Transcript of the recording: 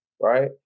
Right